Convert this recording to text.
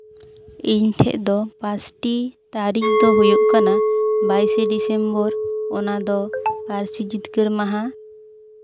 ᱤᱧ ᱴᱷᱮᱡ ᱫᱚ ᱯᱟᱸᱥᱴᱤ ᱛᱟᱨᱤᱠᱷ ᱫᱚ ᱦᱩᱭᱩᱜ ᱠᱟᱱᱟ ᱵᱟᱭᱤᱥᱮ ᱰᱤᱥᱮᱢᱵᱚᱨ ᱚᱱᱟ ᱫᱚ ᱯᱟᱹᱨᱥᱤ ᱡᱤᱛᱠᱟᱹᱨ ᱢᱟᱦᱟ